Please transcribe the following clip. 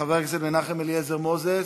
חבר הכנסת מנחם אליעזר מוזס,